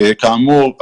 כאמור,